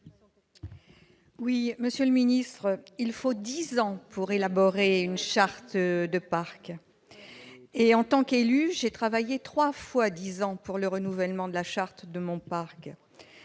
explication de vote. Il faut dix ans pour élaborer une charte de parc. Comme élue, j'ai travaillé trois fois dix ans pour le renouvellement de la charte de mon parc.